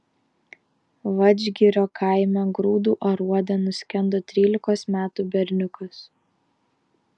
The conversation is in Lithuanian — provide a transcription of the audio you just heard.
vadžgirio kaime grūdų aruode nuskendo trylikos metų berniukas